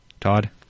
Todd